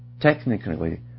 Technically